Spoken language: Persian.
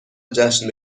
جشن